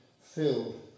filled